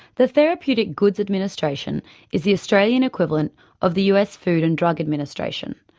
the therapeutic goods administration is the australian equivalent of the us food and drug administration.